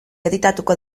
editatuko